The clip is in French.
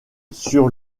sur